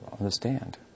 understand